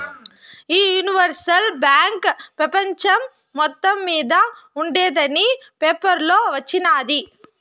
ఈ universal bank పెపంచం మొత్తం మింద ఉండేందని పేపర్లో వచిన్నాది